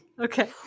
okay